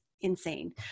insane